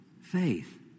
Faith